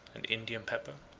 and indian pepper.